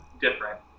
different